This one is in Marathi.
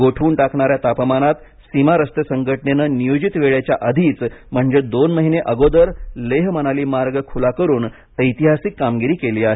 गोठवून टाकणाऱ्या तापमानात सीमा रस्ते संघटनेनं नियोजित वेळेच्या आधीच म्हणजे दोन महिने अगोदर लेह मनाली मार्ग खूला करून ऐतिहासिक कामगिरी केली आहे